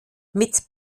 mit